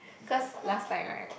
cause last time right